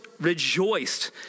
rejoiced